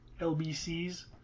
lbcs